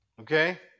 Okay